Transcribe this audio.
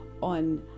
on